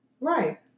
right